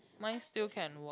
my still can work